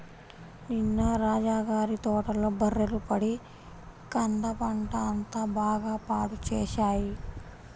నిన్న రాజా గారి తోటలో బర్రెలు పడి కంద పంట అంతా బాగా పాడు చేశాయి